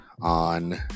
on